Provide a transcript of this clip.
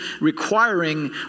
requiring